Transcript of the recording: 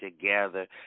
together